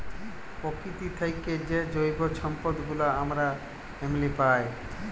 পকিতি থ্যাইকে যে জৈব সম্পদ গুলা আমরা এমলি পায়